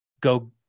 go